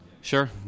Sure